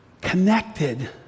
connected